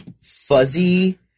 fuzzy